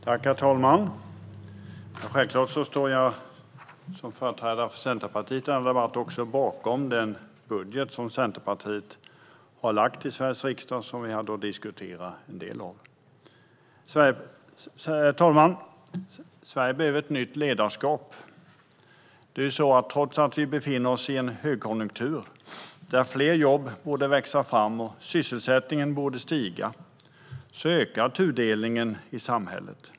Herr talman! Självklart står jag som företrädare för Centerpartiet i denna debatt bakom den budget som Centerpartiet har lagt fram i Sveriges riksdag och som vi har att diskutera en del av. Herr talman! Sverige behöver ett nytt ledarskap. Trots att vi befinner oss i en högkonjunktur, där fler jobb borde växa fram och sysselsättningen borde stiga, ökar tudelningen i samhället.